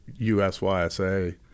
USYSA